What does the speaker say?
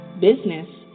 business